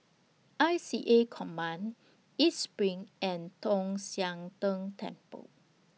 I C A Coastal Command East SPRING and Tong Sian Tng Temple